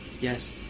Yes